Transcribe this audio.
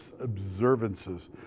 observances